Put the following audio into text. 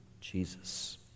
Jesus